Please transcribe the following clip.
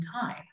time